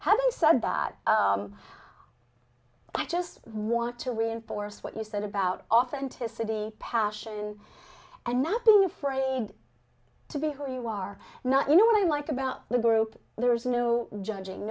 that i just want to reinforce what you said about authenticity passion and not being afraid to be who you are not you know what i like about the group there's no judging